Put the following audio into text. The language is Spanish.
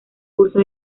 curso